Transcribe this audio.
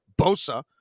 Bosa